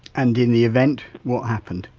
and in the event what happened?